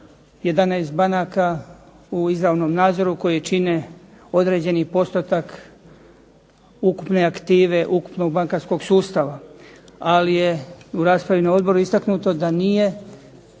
11 banaka u izravnom nadzoru koji čine određeni postotak ukupne aktive ukupnog bankarskog sustava. Ali je u raspravi na odboru istaknuto da nije